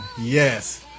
yes